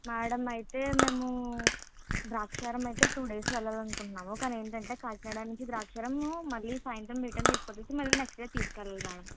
madam అయితే మేము ద్రాక్షారామం అయితే టూ డేస్ వెళ్ళాలనుకుంటున్నాము కానీ ఏంటంటే కాకినాడ నుంచి ద్రాక్షరామం మళ్ళీ సాయంత్రం రిటర్న్ తీసుకొచ్చేసి మళ్ళీ నెక్స్ట్ డే తుసుకెళ్ళాలి మేడం